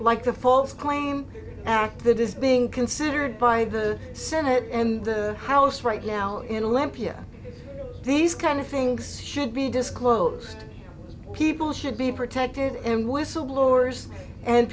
like the false claim act that is being considered by the senate and the house right now in libya these kind of things should be disclosed people should be protected and whistleblowers and